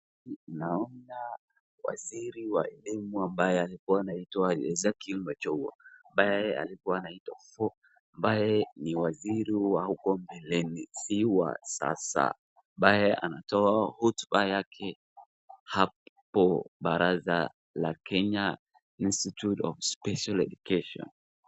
Naona waziri wa elimu ambaye alikuwa anaitwa Ezekiel Machogu, ambaye ni waziri wa huko mbeleni si wa sasa ambaye anatoa hotuba yake hapo baraza la kenya Institute of special education.